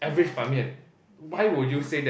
ya ya ya